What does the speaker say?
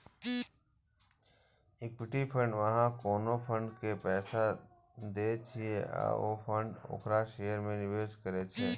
equity fund मे अहां कोनो फंड के पैसा दै छियै आ ओ फंड ओकरा शेयर मे निवेश करै छै